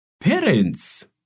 Parents